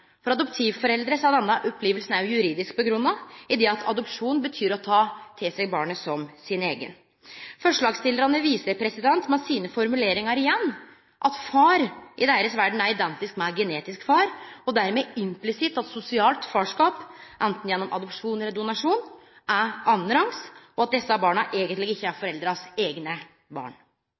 For adoptivforeldre er denne opplevinga også juridisk grunngjeven med at adopsjon betyr å ta til seg barnet som sitt eige. Forslagsstillarane viser med sine formuleringar igjen at far i deira verd er identisk med genetisk far, og dermed implisitt at sosialt farskap, anten gjennom adopsjon eller donasjon, er annanrangs, og at desse barna eigentleg ikkje er foreldras eigne barn.